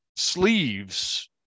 sleeves